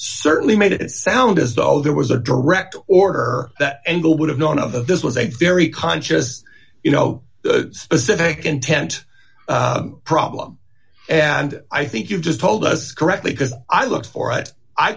certainly made it sound as though there was a direct order that angle would have known of this was a very conscious you know specific intent problem and i think you've just told us correctly because i look for it i